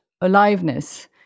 aliveness